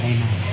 Amen